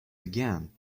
again